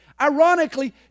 Ironically